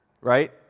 Right